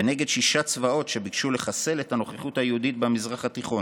ונגד שישה צבאות שביקשו לחסל את הנוכחות היהודית במזרח התיכון.